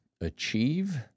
achieve